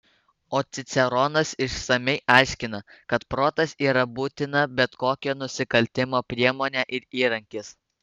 o ciceronas išsamiai aiškina kad protas yra būtina bet kokio nusikaltimo priemonė ir įrankis